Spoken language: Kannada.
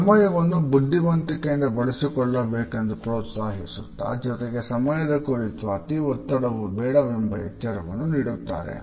ಸಮಯವನ್ನು ಬುದ್ಧಿವಂತಿಕೆಯಿಂದ ಬಳಸಿಕೊಳ್ಳಬೇಕೆಂದು ಪ್ರೋತ್ಸಾಹಿಸುತ್ತಾ ಜೊತೆಗೆ ಸಮಯದ ಕುರಿತು ಅತಿ ಒತ್ತಡವು ಬೇಡವೆಂಬ ಎಚ್ಚರವನ್ನು ನೀಡುತ್ತಾರೆ